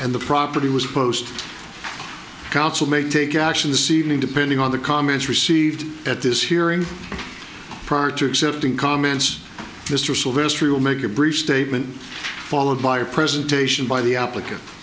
and the property was post council may take action seeding depending on the comments received at this hearing prior to accepting comments mr sylvester will make a brief statement followed by a presentation by the applicant